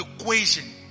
equation